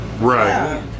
Right